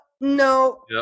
No